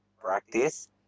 practice